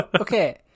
okay